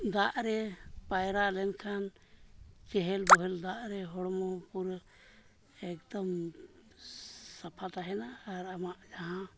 ᱫᱟᱜ ᱨᱮ ᱯᱟᱭᱨᱟ ᱞᱮᱱᱠᱷᱟᱱ ᱪᱮᱦᱮᱞ ᱵᱚᱦᱮᱞ ᱫᱟᱜ ᱨᱮ ᱦᱚᱲᱢᱚ ᱯᱩᱨᱟᱹ ᱮᱠᱫᱚᱢ ᱥᱟᱯᱷᱟ ᱛᱟᱦᱮᱱᱟ ᱟᱨ ᱟᱢᱟᱜ ᱡᱟᱦᱟᱸ